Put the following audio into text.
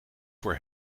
voor